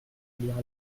lire